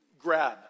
grab